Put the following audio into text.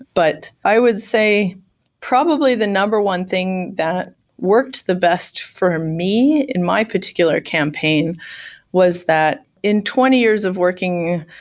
but i would say probably the number one thing that worked the best for me in my particular campaign was that in twenty years of working,